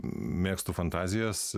mėgstu fantazijas